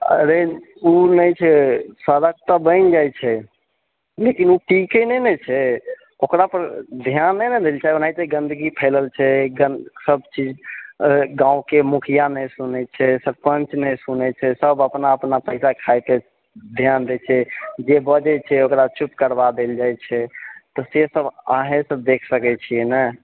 अरे ओ नहि छे सड़क तऽ बनि जाइत छै लेकिन ओ टीके नहि न छै ओकरा पर ध्यान नहि न दैत छै ओनाहिते गंदगी फैलल छै गन्द सभ चीज गाँवके मुखिआ नहि सुनैत छै सरपञ्च नहि सुनैत छै सभ अपना अपना पैसा खायकऽ ध्यान दैत छै जे बजय छै ओकरा चुप करवा देल जाइत छै तऽ सेसभ अहाँए तऽ देखि सकैत छियै न